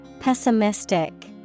Pessimistic